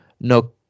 no